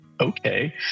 okay